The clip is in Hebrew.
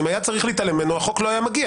אם היה צריך להתעלם ממנו, החוק לא היה מגיע.